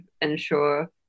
ensure